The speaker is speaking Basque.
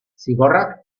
zigorrak